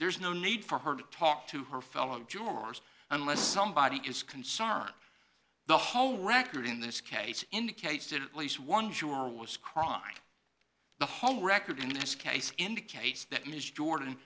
there's no need for her to talk to her fellow jurors unless somebody is concerned the whole record in this case indicates that at least one juror was crying the whole record in this case indicates that ms jordan